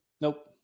Nope